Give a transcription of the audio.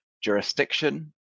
jurisdiction